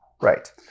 Right